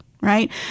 right